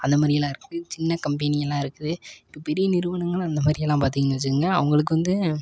அந்த மாதிரி எல்லாம் இருக்கு சின்ன கம்பெனி எல்லாம் இருக்குது இப்போ பெரிய நிறுவனங்களும் அந்த மாதிரி எல்லாம் பார்த்திங்கன்னு வச்சிக்கிங்க அவங்களுக்கு வந்து